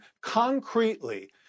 concretely